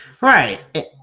Right